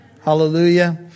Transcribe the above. Hallelujah